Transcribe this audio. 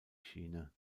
schiene